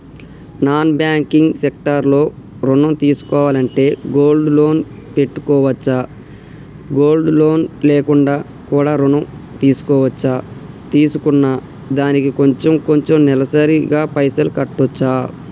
Non banking sector లో ఋణం తీసుకోవాలంటే గోల్డ్ లోన్ పెట్టుకోవచ్చా? గోల్డ్ లోన్ లేకుండా కూడా ఋణం తీసుకోవచ్చా? తీసుకున్న దానికి కొంచెం కొంచెం నెలసరి గా పైసలు కట్టొచ్చా?